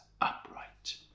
upright